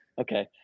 Okay